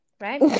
right